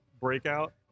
Breakout